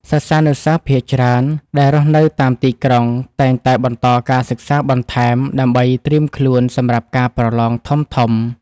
សិស្សានុសិស្សភាគច្រើនដែលរស់នៅតាមទីក្រុងតែងតែបន្តការសិក្សាបន្ថែមដើម្បីត្រៀមខ្លួនសម្រាប់ការប្រឡងធំៗ។